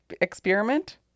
experiment